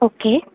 okay